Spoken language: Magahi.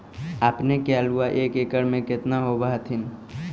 अपने के आलुआ एक एकड़ मे कितना होब होत्थिन?